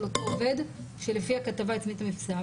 אותו עובד שלפי הכתבה הצמיד את המפשעה.